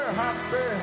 happy